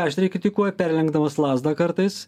aštriai kritikuoja perlenkdamas lazdą kartais